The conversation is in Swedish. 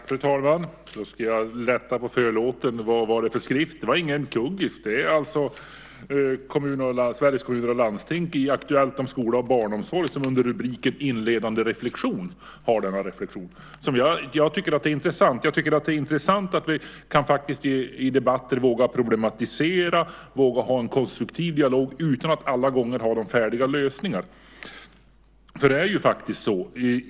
Fru talman! Jag ska lätta på förlåten och tala om vad det var för skrift. Det var ingen "kuggis". Det är Sveriges Kommuner och Landsting som i Aktuellt om skola och barnomsorg under rubriken "Inledande reflexion" har denna reflexion. Jag tycker att det är intressant att vi i debatter kan våga problematisera och ha en konstruktiv dialog utan att alla gånger ha de färdiga lösningarna.